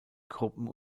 gruppen